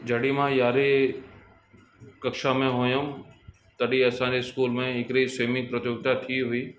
जॾहिं मां यारहें कक्षा में हुयुमि तॾहिं असांजे स्कूल में हिकिड़ी स्विमिंग प्रतियोगिता थी हुई